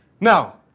Now